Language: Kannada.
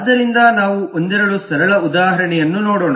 ಆದ್ದರಿಂದ ನಾವು ಒಂದೆರಡು ಸರಳ ಉದಾಹರಣೆಗಳನ್ನು ನೋಡೋಣ